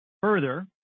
Further